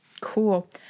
Cool